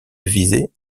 visée